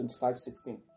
25.16